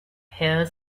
hair